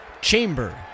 Chamber